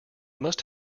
must